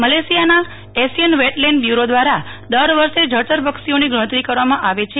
મલેશિયાના Asian wetland bureau દવારા દર વર્ષ જળચર પક્ષીઓની ગણતરી કરવામાં આવે છે